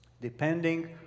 Depending